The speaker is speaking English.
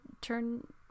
turn